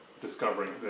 discovering